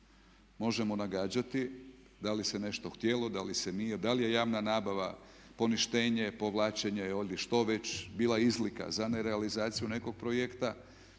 možemo nagađati da li se nešto htjelo, da li se nije. Da li je javna nabava poništenje, povlačenje ili što već bila izlika za nerealizaciju nekog projekta.